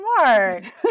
smart